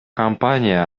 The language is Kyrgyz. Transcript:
компания